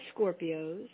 Scorpios